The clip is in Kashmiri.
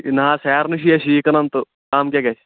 نا حظ سارِنٕے چھِی أسۍ یی کٕنن تہٕ کم کیٛاہ گژھِ